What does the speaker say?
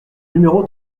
numéro